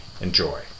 Enjoy